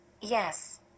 Yes